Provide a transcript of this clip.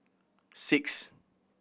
six